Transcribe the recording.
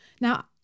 now